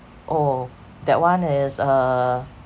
oh that one is a